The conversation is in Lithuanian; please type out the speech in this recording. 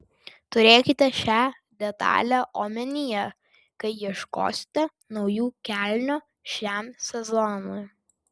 turėkite šią detalę omenyje kai ieškosite naujų kelnių šiam sezonui